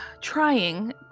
Trying